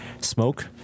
smoke